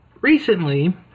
recently